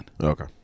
Okay